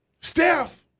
Steph